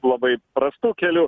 labai prastų kelių